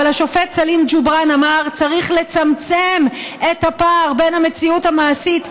אבל השופט סלים ג'ובראן אמר: צריך לצמצם את הפער בין המציאות המעשית,